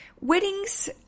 Weddings